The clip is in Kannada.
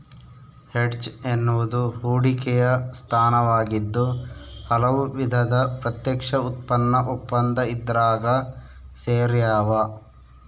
ಹೆಡ್ಜ್ ಎನ್ನುವುದು ಹೂಡಿಕೆಯ ಸ್ಥಾನವಾಗಿದ್ದು ಹಲವು ವಿಧದ ಪ್ರತ್ಯಕ್ಷ ಉತ್ಪನ್ನ ಒಪ್ಪಂದ ಇದ್ರಾಗ ಸೇರ್ಯಾವ